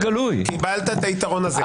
קיבלת את היתרון הזה.